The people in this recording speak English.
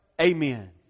Amen